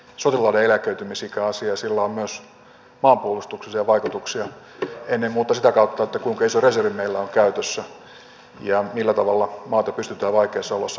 sillä on myös maanpuolustuksellisia vaikutuksia ennen muuta sitä kautta kuinka iso reservi meillä on käytössä ja millä tavalla maata pystytään vaikeissa oloissa puolustamaan